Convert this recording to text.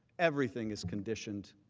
everything is conditioned